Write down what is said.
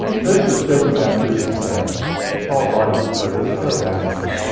this is shaking that produces damage. it's called light, but it's still damaging.